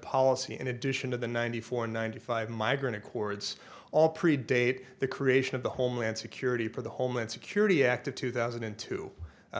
policy in addition to the ninety four ninety five migrant accords all predate the creation of the homeland security for the homeland security act of two thousand and two